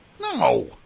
No